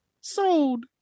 Sold